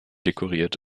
dekoriert